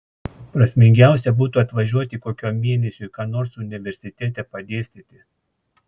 prasmingiausia būtų atvažiuoti kokiam mėnesiui ką nors universitete padėstyti